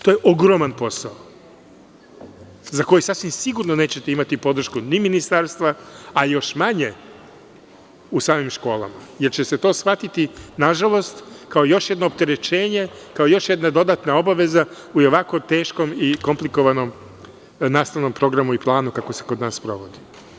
To je ogroman posao za koji sasvim sigurno nećete imati podršku ministarstva, a još manje u samim školama, jer će se to shvatiti, nažalost, kao još jedno opterećenje, kao još jedna dodatna obaveza u i ovako teškom i komplikovanom nastavnom programu i planu, kako se kod nas sprovodi.